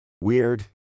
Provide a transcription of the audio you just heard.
Weird